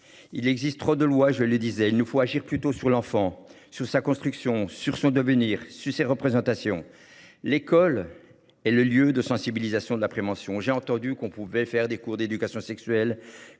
Il existe trop de lois, je le disais, il nous faut agir plutôt sur l'enfant sous sa construction sur son devenir sur ces représentations. L'école est le lieu de sensibilisation de la prévention. J'ai entendu qu'on pouvait faire des cours d'éducation sexuelle.